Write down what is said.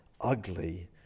ugly